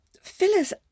Fillers